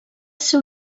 ser